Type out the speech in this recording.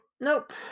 Nope